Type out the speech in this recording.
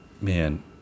man